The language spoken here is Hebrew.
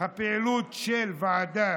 הפעילות של הוועדה